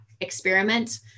experiment